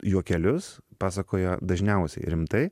juokelius pasakojo dažniausiai rimtai